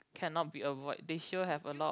cannot be avoid they sure have a lot